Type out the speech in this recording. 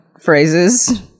phrases